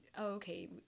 okay